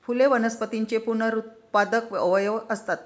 फुले वनस्पतींचे पुनरुत्पादक अवयव असतात